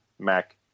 Mac